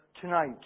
tonight